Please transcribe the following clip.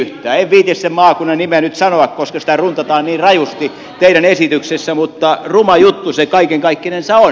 en viitsi sen maakunnan nimeä nyt sanoa koska sitä runtataan niin rajusti teidän esityksessänne mutta ruma juttu se kaiken kaikkinensa on